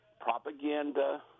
propaganda